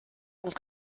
und